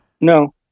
No